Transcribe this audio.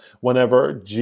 Whenever